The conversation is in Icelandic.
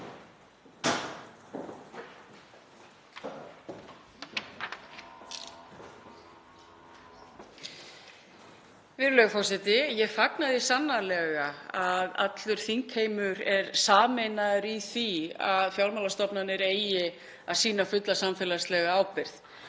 Virðulegur forseti. Ég fagna því sannarlega að allur þingheimur er sameinaður í því að fjármálastofnanir eigi að sýna fulla samfélagslega ábyrgð